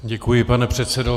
Děkuji, pane předsedo.